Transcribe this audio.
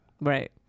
right